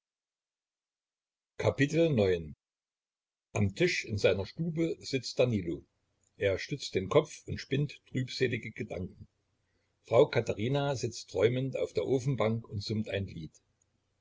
am tisch in seiner stube sitzt danilo er stützt den kopf und spinnt trübselige gedanken frau katherina sitzt träumend auf der ofenbank und summt ein lied